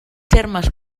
termes